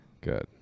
Good